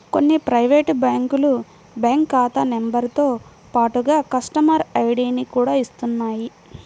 కొన్ని ప్రైవేటు బ్యాంకులు బ్యాంకు ఖాతా నెంబరుతో పాటుగా కస్టమర్ ఐడిని కూడా ఇస్తున్నాయి